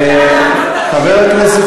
אדוני השר,